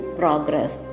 progress